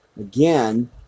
again